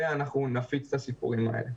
ואנחנו נפיץ את הסיפורים האלה.